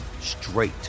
straight